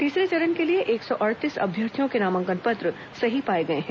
तीसरे चरण के लिए एक सौ अड़तीस अभ्यर्थियों के नामांकन पत्र सही पाए गए हैं